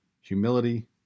humility